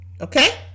okay